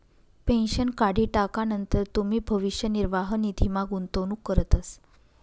pension काढी टाकानंतर तुमी भविष्य निर्वाह निधीमा गुंतवणूक करतस